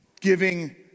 giving